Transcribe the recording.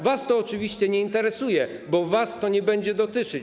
Was to oczywiście nie interesuje, bo was to nie będzie dotyczyć.